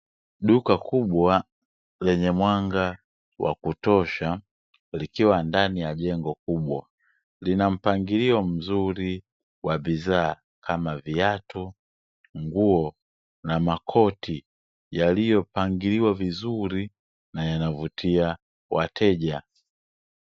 Duka kubwa lenye mwanga wa kutosha, likiwa ndani ya jengo kubwa. Lina mpangilio mzuri wa bidhaa kama; viatu, nguo na makoti, yaliyopangiliwa vizuri na yanavutia wateja.